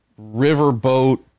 riverboat